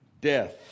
Death